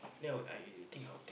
then I I think I will take